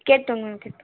கேட்டோம் மேம் கேட்டோம்